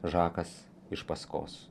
žakas iš paskos